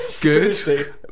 Good